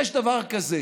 יש דבר כזה,